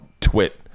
twit